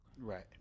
right